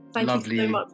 lovely